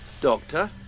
Doctor